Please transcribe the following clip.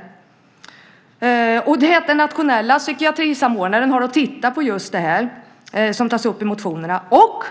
I och med att den nationella psykiatrisamordnaren har i uppdrag att titta på det som tas upp i motionerna,